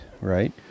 right